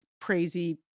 crazy-